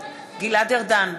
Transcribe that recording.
גלעד ארדן,